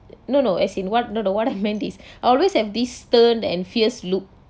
no no as in what no to what I meant is always have this stern and fierce look